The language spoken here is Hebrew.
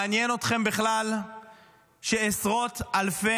מעניין אתכם בכלל שעשרות אלפי